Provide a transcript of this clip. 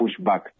pushback